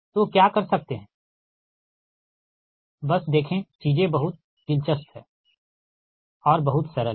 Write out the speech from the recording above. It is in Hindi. तो क्या कर सकते है बस देखो चीजें बहुत दिलचस्प हैं और बहुत सरल हैं